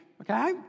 Okay